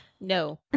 No